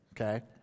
okay